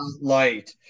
light